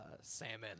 salmon